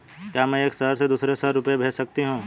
क्या मैं एक शहर से दूसरे शहर रुपये भेज सकती हूँ?